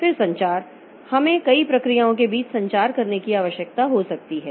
फिर संचार हमें कई प्रक्रियाओं के बीच संचार करने की आवश्यकता हो सकती है